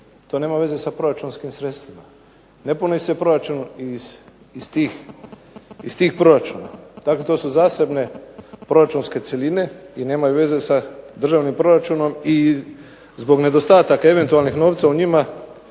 to nema veze sa proračunskim sredstvima. Ne puni se proračun iz tih proračuna, dakle to su zasebne proračunske cjeline i nemaju veze sa državnim proračunom i zbog nedostataka eventualnih novca u njima